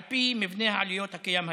על פי מבנה העלויות הקיים כיום.